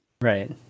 Right